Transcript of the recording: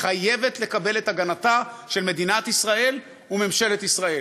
חייבת לקבל את הגנתה של מדינת ישראל וממשלת ישראל.